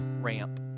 ramp